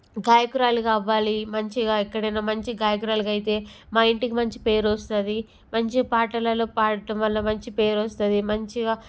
గాయకురాలిగా అవ్వాలి మంచిగా ఎక్కడైనా మంచి గాయకురాలుగా అయితే మా ఇంటికి మంచి పేరు వస్తుంది మంచిగా పాటల్లో పాడటం వల్ల మంచి పేరు వస్తుంది మంచిగా